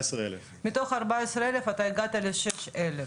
14,000. מתוך 14,000 אתה הגעת ל-6,000